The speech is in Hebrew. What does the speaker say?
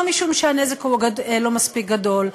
או משום שהנזק לא מספיק גדול,